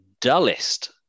dullest